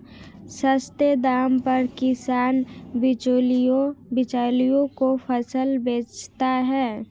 सस्ते दाम पर किसान बिचौलियों को फसल बेचता है